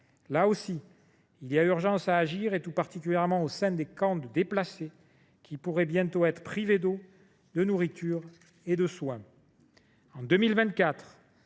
Là aussi, il est urgent d’agir, particulièrement au sein des camps de déplacés, qui pourraient bientôt être privés d’eau, de nourriture et de soins.